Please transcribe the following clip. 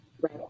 right